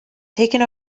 taken